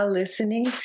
listening